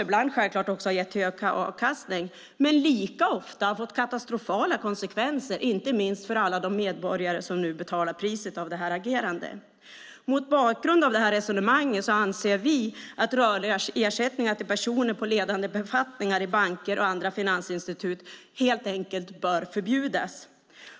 Ibland har det naturligtvis gett hög avkastning, men lika ofta har det fått katastrofala konsekvenser, inte minst för alla de medborgare som nu betalar priset för detta agerande. Mot bakgrund av det resonemanget anser vi att rörliga ersättningar till personer på ledande befattningar i banker och andra finansinstitut helt enkelt bör förbjudas.